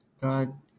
God